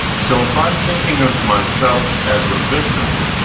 so if i'm thinking of myself as a victim,